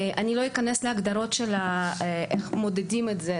אני לא אכנס להגדרות כיצד מודדים את זה,